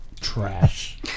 trash